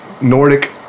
Nordic